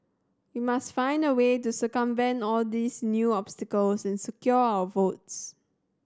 we must find a way to circumvent all these new obstacles and secure our votes